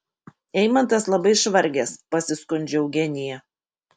eimantas labai išvargęs pasiskundžia eugenija